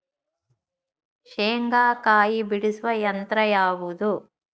ಶೇಂಗಾಕಾಯಿ ಬಿಡಿಸುವ ಯಂತ್ರ ಯಾವುದು?